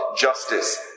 justice